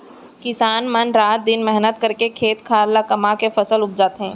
किसान मन रात दिन मेहनत करके खेत खार ल कमाके फसल उपजाथें